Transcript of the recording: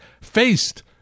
faced